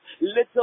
little